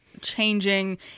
changing